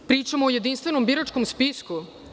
Pričamo o jedinstvenom biračkom spisku.